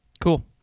Cool